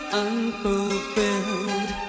unfulfilled